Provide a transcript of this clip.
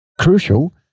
crucial